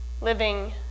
living